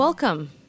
Welcome